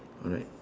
alright